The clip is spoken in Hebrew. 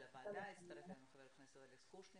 הצטרף אלינו חבר הכנסת אלכס קושניר,